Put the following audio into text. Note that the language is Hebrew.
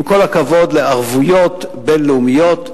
עם כל הכבוד לערבויות בין-לאומיות,